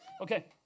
Okay